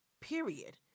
period